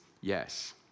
yes